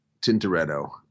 Tintoretto